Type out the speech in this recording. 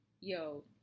yo